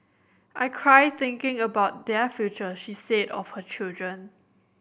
I cry thinking about their future she said of her children